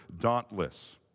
dauntless